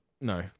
no